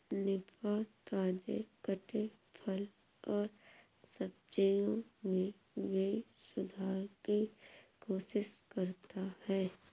निफा, ताजे कटे फल और सब्जियों में भी सुधार की कोशिश करता है